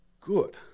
good